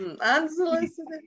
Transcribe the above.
Unsolicited